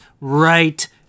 right